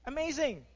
Amazing